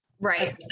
right